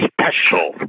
special